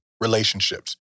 relationships